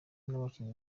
n’abakinnyi